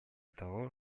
того